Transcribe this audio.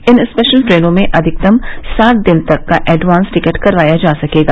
इन special ट्रेनों में अधिकतम सात दिन तक का एडवांस टिकट कटवाया जा सकेगा